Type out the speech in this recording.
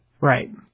Right